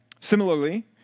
Similarly